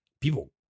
People